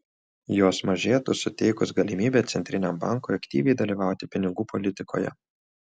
jos mažėtų suteikus galimybę centriniam bankui aktyviai dalyvauti pinigų politikoje